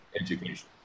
education